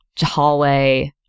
hallway